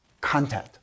content